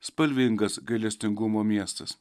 spalvingas gailestingumo miestas